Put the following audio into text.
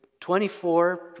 24